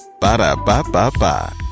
Ba-da-ba-ba-ba